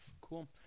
cool